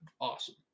awesome